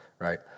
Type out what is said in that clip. right